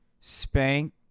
Spank